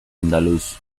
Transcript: andaluz